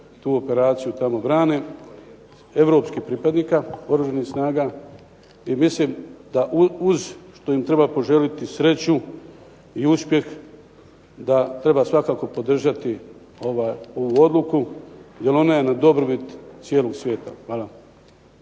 tu operaciju tamo brane, europskih pripadnika oružanih snaga i mislim da uz što im treba poželiti sreću i uspjeh da treba svakako podržati ovu odluku jer ona je na dobrobit cijelog svijeta. Hvala.